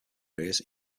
areas